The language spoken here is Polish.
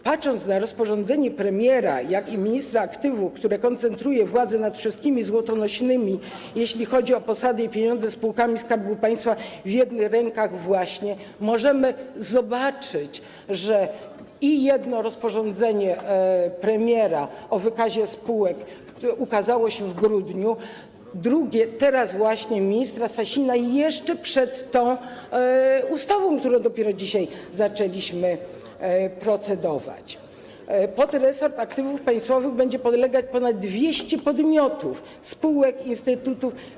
Patrząc na rozporządzenie premiera, jak i rozporządzenie ministra aktywów, które koncentrują władzę nad wszystkimi złotonośnymi, jeśli chodzi o posady i pieniądze, spółkami Skarbu Państwa w jednych rękach właśnie, możemy zobaczyć, że - jedno rozporządzenie premiera o wykazie spółek, które ukazało się w grudniu, drugie teraz właśnie, ministra Sasina, jeszcze przed tą ustawą, którą dopiero dzisiaj zaczęliśmy procedować - resortowi aktywów państwowych będzie podlegać ponad 200 podmiotów, spółek, instytutów.